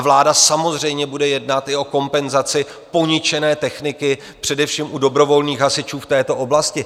Vláda samozřejmě bude jednat i o kompenzaci poničené techniky, především u dobrovolných hasičů v této oblasti.